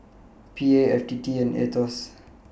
P A F T T and A E T O S